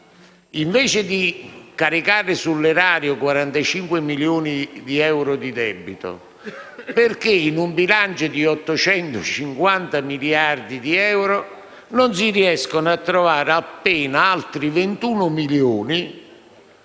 invece di caricare sull'erario 45 milioni di euro di debito, in un bilancio di 850 miliardi di euro non si riescano a trovare appena altri 21 milioni